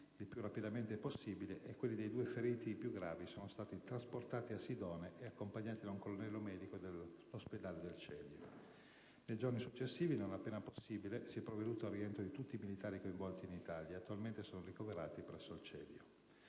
il più rapidamente possibile e quelli dei due feriti più gravi sono stati trasportati a Sidone, accompagnati da un colonnello medico dell'ospedale militare del Celio. Nei giorni successivi, non appena possibile, si è provveduto al rientro di tutti i militari coinvolti in Italia; attualmente sono ricoverati presso il